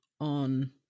on